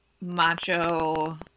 macho